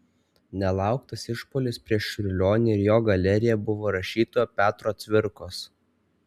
nelauktas išpuolis prieš čiurlionį ir jo galeriją buvo rašytojo petro cvirkos